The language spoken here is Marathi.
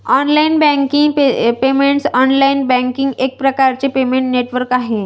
online banking payments online banking एक प्रकारचे पेमेंट नेटवर्क आहे